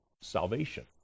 salvation